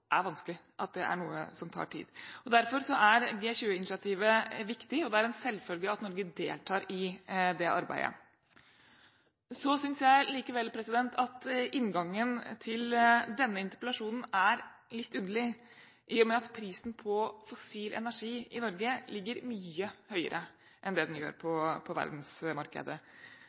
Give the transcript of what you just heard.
er vanskelig, at det er noe som tar tid. Derfor er G20-initiativet viktig, og det er en selvfølge at Norge deltar i det arbeidet. Jeg synes likevel at inngangen til denne interpellasjonen er litt underlig i og med at prisen på fossil energi i Norge ligger mye høyere enn det den gjør på verdensmarkedet.